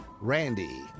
Randy